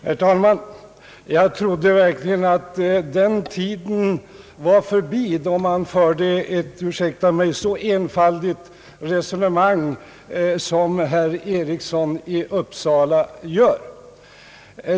Herr talman! Jag trodde verkligen att den tiden var förbi då man förde ett — ursäkta mig! — så enfaldigt resonemang som herr Eriksson i Uppsala gör.